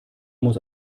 muss